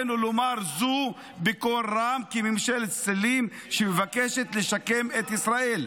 ועלינו לומר זאת בקול רם כממשלת צללים שמבקשת לשקם את ישראל".